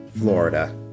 Florida